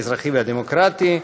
האזרחי והדמוקרטי.